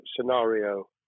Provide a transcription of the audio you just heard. scenario